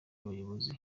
bayobozi